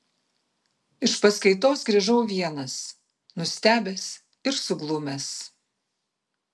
iš paskaitos grįžau vienas nustebęs ir suglumęs